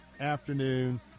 afternoon